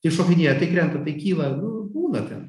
tai šokinėja tai krenta tai kyla nu būna ten